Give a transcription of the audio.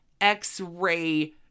X-ray